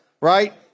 right